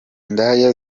ndaya